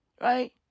Right